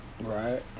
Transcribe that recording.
Right